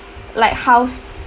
like house